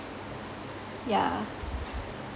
yeah